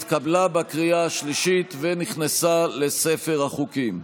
התקבלה בקריאה השלישית ונכנסה לספר החוקים.